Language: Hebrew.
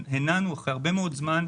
הנענו אחרי הרבה מאוד זמן,